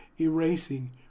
erasing